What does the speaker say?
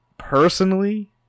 Personally